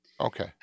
Okay